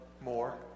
more